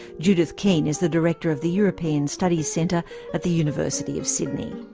judith keen is the director of the european studies centre at the university of sydney.